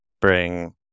bring